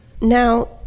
Now